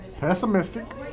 Pessimistic